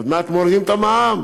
עוד מעט מורידים את המע"מ.